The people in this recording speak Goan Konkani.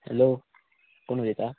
हॅलो कोण उलयता